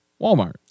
Walmart